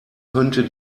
könnte